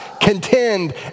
contend